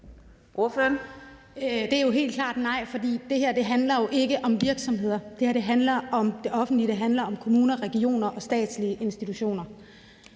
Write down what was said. Svaret er helt klart nej, for det her handler jo ikke om private virksomheder. Det her handler om det offentlige, det handler om kommuner, regioner og statslige institutioner.